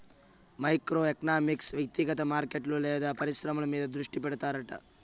micro economics వ్యక్తిగత మార్కెట్లు లేదా పరిశ్రమల మీద దృష్టి పెడతాడట